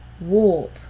warp